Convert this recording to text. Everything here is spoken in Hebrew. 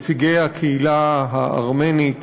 נציגי הקהילה הארמנית,